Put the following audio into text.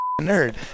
nerd